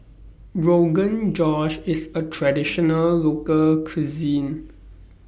Rogan Josh IS A Traditional Local Cuisine